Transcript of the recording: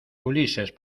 ulises